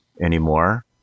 anymore